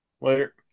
Later